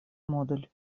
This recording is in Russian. модуль